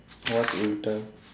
what will done